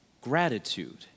gratitude